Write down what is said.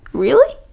really?